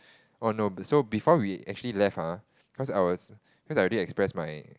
oh no so before we actually left ah cause I was cause I already express my